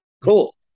Cool